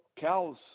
Cal's